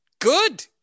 good